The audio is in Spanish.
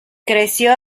creció